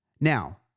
Now